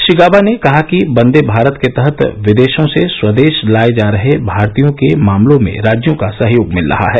श्री गाबा ने कहा कि बंदे भारत के तहत विदेशों से स्वदेश लाए जा रहे भारतीयो के मामलों में राज्यों का सहयोग मिल रहा है